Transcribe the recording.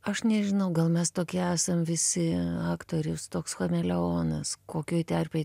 aš nežinau gal mes tokie esam visi aktorius toks chameleonas kokioj terpėj